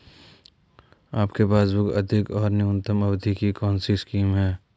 आपके पासबुक अधिक और न्यूनतम अवधि की कौनसी स्कीम है?